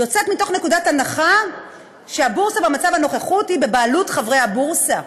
יוצאת מנקודת הנחה שהבורסה במצב הנוכחי היא בבעלות חברי הבורסה.